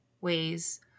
ways